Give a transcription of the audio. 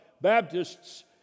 Baptists